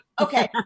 Okay